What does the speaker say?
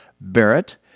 Barrett